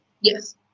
Yes